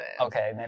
Okay